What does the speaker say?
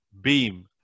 beam